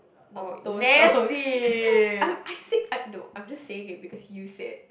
no those thongs I I said I no I'm just saying it because you said